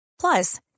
Plus